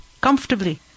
comfortably